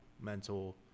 mental